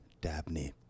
Dabney